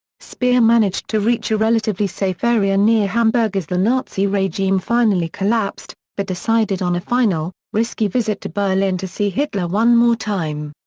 speer managed to reach a relatively safe area near hamburg as the nazi regime finally collapsed, but decided on a final, risky visit to berlin to see hitler one more time.